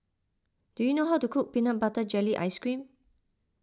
do you know how to cook Peanut Butter Jelly Ice Cream